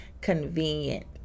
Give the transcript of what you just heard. convenient